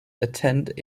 attend